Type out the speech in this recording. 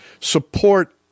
support